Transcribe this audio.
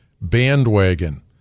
bandwagon